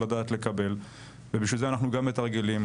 לדעת לקבל ובשביל זה אנחנו גם מתרגלים.